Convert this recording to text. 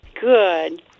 Good